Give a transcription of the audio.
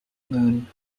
moon